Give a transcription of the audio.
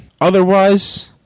Otherwise